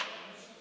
אשר